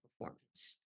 performance